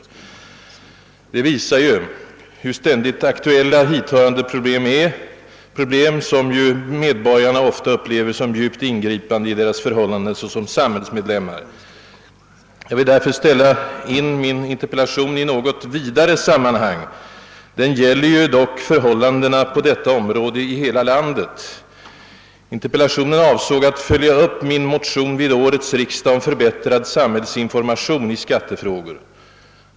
Detta visar hur ständigt aktuella hithörande problem är, problem som medborgarna ofta upplever som djupt ingripande i deras förhållanden såsom samhällsmedlemmar. Jag tillåter mig därför ställa in min interpellation i ett något vidare sammanhang. Den gäller dock förhållandena på detta område i hela landet. Interpellationen avsåg att följa upp min motion vid årets riksdag om förbättrad samhällsinformation i skattefrågor.